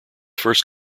first